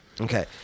Okay